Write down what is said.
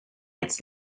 its